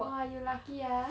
!wah! you lucky ah